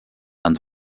and